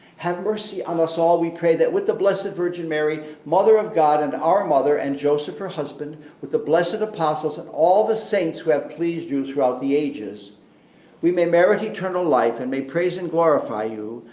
have mercy on us all we pray that with the blessed virgin mary, mother of god and our mother, and joseph her husband, with the blessed apostles, and all the saints who have pleased you throughout the ages we may merit eternal life and may praise and glorify you,